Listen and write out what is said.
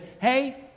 Hey